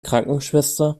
krankenschwester